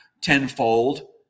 tenfold